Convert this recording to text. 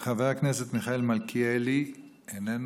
חבר הכנסת מיכאל מלכיאלי, איננו.